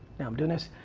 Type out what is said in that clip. now i'm doing this.